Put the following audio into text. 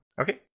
Okay